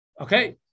Okay